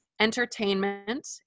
entertainment